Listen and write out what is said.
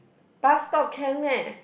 bus stop can meh